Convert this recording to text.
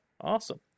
Awesome